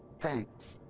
thanks.